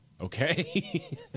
okay